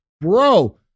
Bro